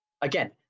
again